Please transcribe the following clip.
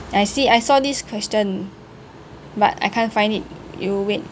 I see I saw this question but I can't find it you wait